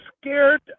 scared